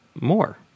more